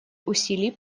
усилий